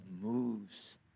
moves